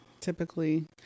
typically